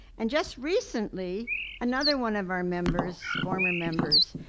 and just recently another one of our members, former members,